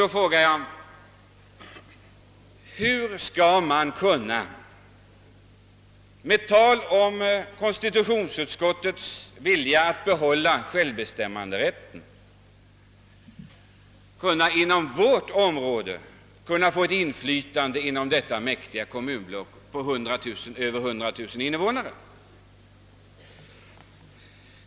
Då frågar jag: Hur skall man, med hänvisning till konstitutionsutskottets uttalande till förmån för ett bibehållande av självbestämmanderätten, i vårt område kunna vinna inflytande inom ett mäktigt kommunblock på över 100000 invånare?